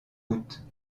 routes